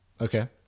Okay